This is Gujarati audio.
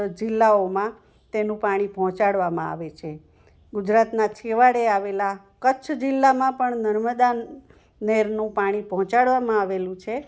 જિલ્લાઓમાં તેનું પાણી પહોંચાડવામાં આવે છે ગુજરાતનાં છેવાડે આવેલા કચ્છ જિલ્લામાં પણ નર્મદા નહેરનું પાણી પહોંચાડવામાં આવેલું છે